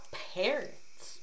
parrots